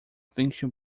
fiction